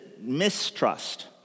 mistrust